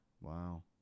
Wow